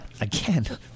again